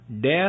death